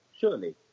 Surely